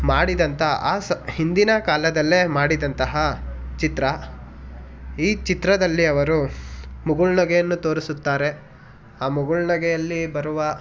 ಮಾಡಿದಂಥ ಆ ಸ್ ಹಿಂದಿನ ಕಾಲದಲ್ಲಿ ಮಾಡಿದಂತಹ ಚಿತ್ರ ಈ ಚಿತ್ರದಲ್ಲಿ ಅವರು ಮುಗುಳುನಗೆಯನ್ನು ತೋರಿಸುತ್ತಾರೆ ಆ ಮುಗುಳುನಗೆಯಲ್ಲಿ ಬರುವ